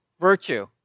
virtue